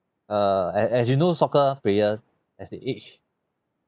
err as as you know soccer player as they age